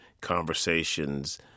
conversations